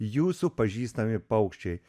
jūsų pažįstami paukščiai